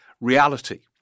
reality